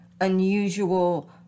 unusual